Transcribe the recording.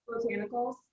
Botanicals